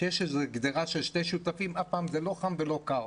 כשיש קדירה של שני שותפים אף פעם זה לא חם ולא קר,